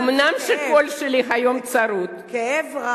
אומנם הקול שלי היום צרוד, כאב רב.